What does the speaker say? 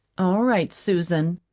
all right, susan,